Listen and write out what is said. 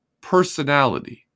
personality